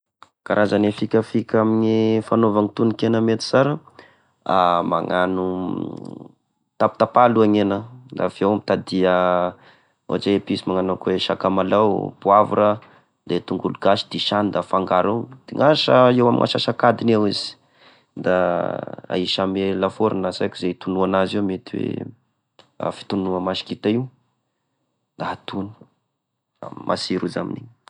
E karazane fikafika amigne fanaova tonon-kena mety sara: magnano, tapatapa aloha ny hena; avy eo mitadia ohatra hoe epice magnano akô hoe sakamalao, poivre, de tongolo gasy disany da afangaro eo! dignasa eo amigne asasa-kadiny eo izy! da aisy ame lafaoro na sy haiko ze itonoa anazy eo mety hoe: fitonoa masikita io da atono da masiro izy amin'igny.